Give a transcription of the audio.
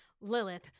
Lilith